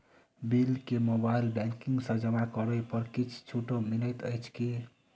Bill केँ mobile banking सँ जमा करै पर किछ छुटो मिलैत अछि की?